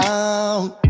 out